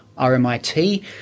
RMIT